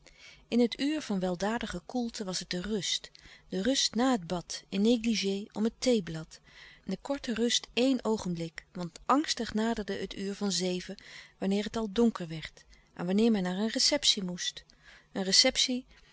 in het uur van weldadige koelte was het de rust de rust na het bad in negligé om het theeblad de korte rust éen oogenblik want angstig naderde het uur van zeven wanneer het al donker werd en wanneer men naar een receptie moest een receptie